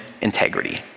integrity